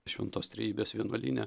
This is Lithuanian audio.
šventos trejybės vienuolyne